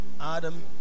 Adam